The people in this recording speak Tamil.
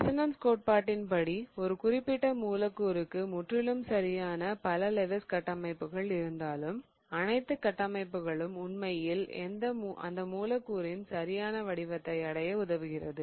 ரெசோனன்ஸ் கோட்பாட்டின் படி ஒரு குறிப்பிட்ட மூலக்கூறுக்கு முற்றிலும் சரியான பல லெவிஸ் கட்டமைப்புகள் இருந்தாலும் அனைத்து கட்டமைப்புகளும் உண்மையில் அந்த மூலக்கூறு சரியான வடிவத்தை அடைய உதவுகிறது